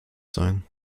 sein